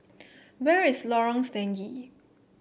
where is Lorong Stangee